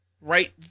right